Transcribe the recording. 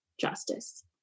justice